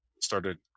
started